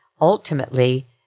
ultimately